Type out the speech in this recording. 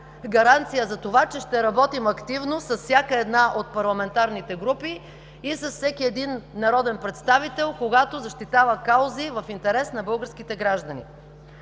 гаранция за това, че ще работим активно с всяка една от парламентарните групи и с всеки един народен представител, когато защитава каузи в интерес на българските граждани.